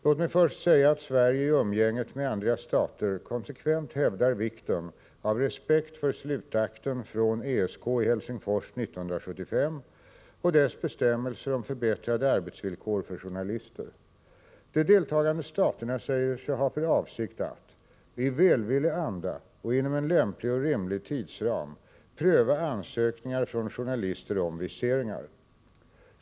Låt mig först säga att Sverige i umgänget med andra stater konsekvent hävdar vikten av respekt för slutakten från ESK i Helsingfors 1975 och dess bestämmelser om förbättrade arbetsvillkor för journalister. De deltagande staterna säger sig ha för avsikt att ”i välvillig anda och inom en lämplig och rimlig tidsram pröva ansökningar från journalister om viseringar”.